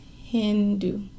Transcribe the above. Hindu